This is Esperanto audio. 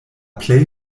plej